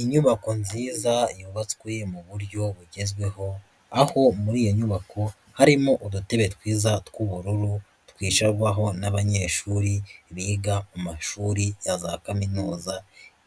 Inyubako nziza yubatswe mu buryo bugezweho, aho muri iyo nyubako harimo udutebe twiza tw'ubururu, twicarwaho n'abanyeshuri biga mu mashuri ya za kaminuza,